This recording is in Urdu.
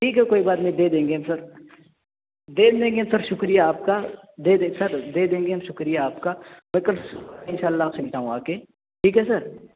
ٹھیک ہے کوئی بات نہیں دے دیں گے ہم سر دے دیں گے ہم سر شکریہ آپ کا دے دیں سر دے دیں گے ہم شکریہ آپ کا میں کل صبح ان شاء اللہ آپ کے ملتا ہوں آ کے ٹھیک ہے سر